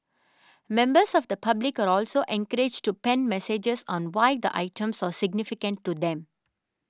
members of the public are also encouraged to pen messages on why the items are significant to them